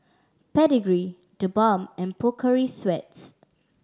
Pedigree TheBalm and Pocari Sweat